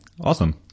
awesome